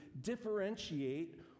differentiate